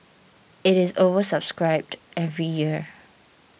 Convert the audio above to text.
it is oversubscribed every year